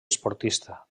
esportista